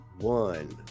one